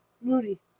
Moody